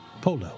polo